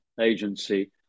agency